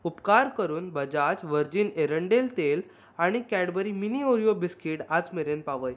उपकार करून बजाज व्हर्जिन एरंडेल तेल आनी कॅडबरी मिनी ओरिओ बिस्किट आजमेरेन पावय